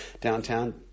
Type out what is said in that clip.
downtown